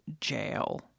Jail